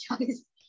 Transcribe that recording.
choice